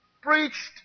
preached